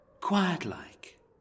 quiet-like